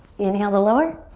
inhale to lower.